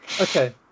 Okay